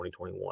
2021